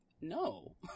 no